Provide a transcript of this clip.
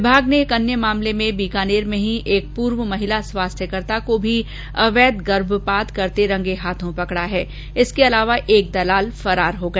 विभाग ने एक अन्य प्रकरण में बीकानेर में ही एक पूर्व महिला स्वास्थ्य कार्यकर्ता को भी अवैध गर्भपात के मामले में रंगे हाथों पकड़ा है इसके अलावा एक दलाल फरार हो गया